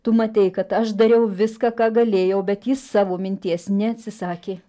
tu matei kad aš dariau viską ką galėjau bet jis savo minties neatsisakė